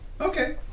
Okay